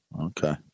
Okay